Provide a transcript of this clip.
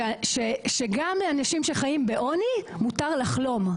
שגם אנשים שחיים בעוני מותר לחלום,